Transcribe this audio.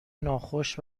ناخوش